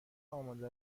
آماده